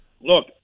look